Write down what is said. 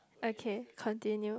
okay continue